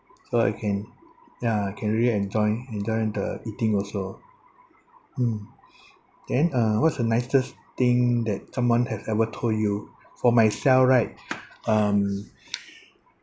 so I can ya I can really enjoy enjoy the eating mm then uh what's the nicest thing that someone has ever told you for myself right um